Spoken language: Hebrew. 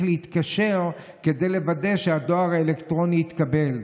להתקשר כדי לוודא שהדואר האלקטרוני התקבל.